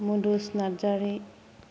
Madhus Narzary